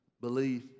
belief